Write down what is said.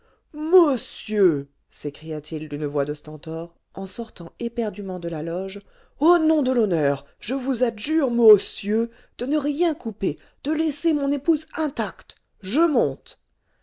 môssieurr s'écria-t-il d'une voix de stentor en sortant éperdument de la loge au nom de l'honneur je vous adjure môssieurr de ne rien couper de laisser mon épouse intacte je monte